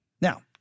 Now